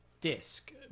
disc